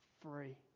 free